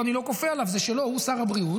אני לא כופה עליו, זה שלו, הוא שר הבריאות.